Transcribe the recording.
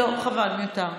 לא, חבל, מיותר.